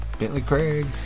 BentleyCraig